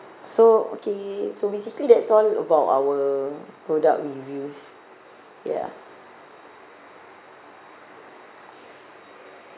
so okay so basically that's all about our product reviews ya